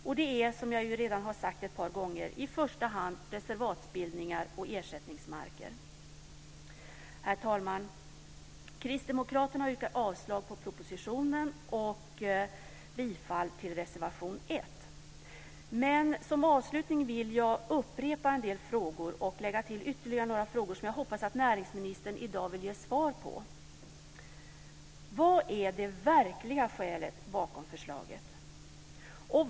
Dessa är, som jag ju redan har sagt ett par gånger, i första hand reservatsbildningar och ersättningsmarker. Herr talman! Kristdemokraterna yrkar avslag på propositionen och bifall till reservation 1. Som avslutning vill jag upprepa en del frågor och lägga till ytterligare några frågor som jag hoppas att näringsministern i dag vill ge svar på. Vad är det verkliga skälet bakom förslaget?